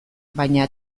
baina